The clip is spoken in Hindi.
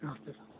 नमस्ते सर